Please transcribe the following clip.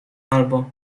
albo